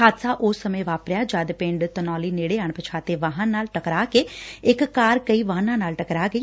ਹਾਦਸਾ ਉਸ ਸਮੇਂ ਵਾਪਰਿਆ ਜਦ ਪਿੰਡ ਤਨੌਲੀ ਨੇੜੇ ਅਣਪਛਾਣੇ ਵਾਹਨ ਨਾਲ ਟਕਰਾਅ ਕੇ ਇਕ ਕਾਰ ਕਈ ਵਾਹਨਾਂ ਨਾਲ ਟਕਰਾਅ ਗਈ